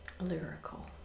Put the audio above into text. lyrical